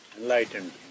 Enlightened